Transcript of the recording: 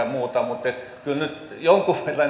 muuta kyllä jonkun